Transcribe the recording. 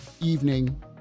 evening